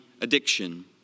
addiction